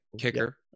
kicker